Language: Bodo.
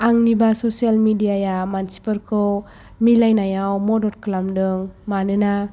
आंनिबा ससियेल मिडिया आ मानसिफोरखौ मिलायनायाव मदद खालामदों मानोना